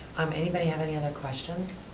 um anybody have any other questions?